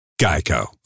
Geico